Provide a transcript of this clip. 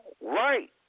Right